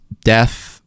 death